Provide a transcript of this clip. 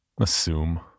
assume